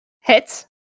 hits